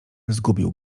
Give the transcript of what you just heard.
zgubił